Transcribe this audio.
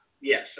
yes